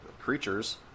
creatures